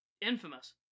Infamous